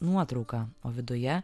nuotrauka o viduje